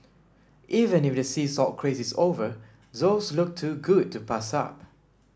even if the sea salt craze is over those look too good to pass up